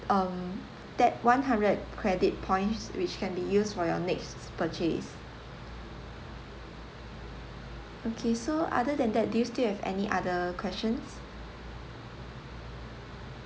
mm that one hundred credit points which can be used for your next purchase okay so other than that do you still have any other questions